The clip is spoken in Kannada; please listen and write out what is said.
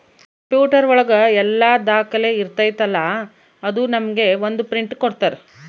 ಕಂಪ್ಯೂಟರ್ ಒಳಗ ಎಲ್ಲ ದಾಖಲೆ ಇರ್ತೈತಿ ಅಲಾ ಅದು ನಮ್ಗೆ ಒಂದ್ ಪ್ರಿಂಟ್ ಕೊಡ್ತಾರ